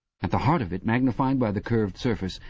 at the heart of it, magnified by the curved surface,